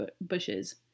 bushes